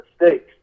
mistakes